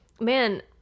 man